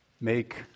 make